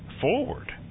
forward